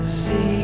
see